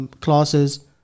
classes